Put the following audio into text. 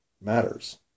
matters